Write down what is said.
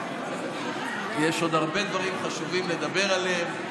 יש הרבה דברים חשובים לדבר עליהם,